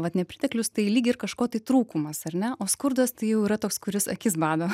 vat nepriteklius tai lyg ir kažko tai trūkumas ar ne o skurdas tai jau yra toks kuris akis bado